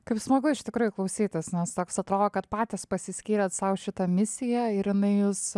kaip smagu iš tikrųjų klausytis nes toks atrodo kad patys pasiskyrėt sau šitą misiją ir jinai jus